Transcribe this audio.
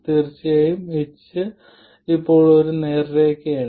തീർച്ചയായും h തന്നെ ഇപ്പോൾ ഒരു നേർരേഖയാണ്